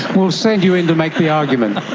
will send you in to make the argument.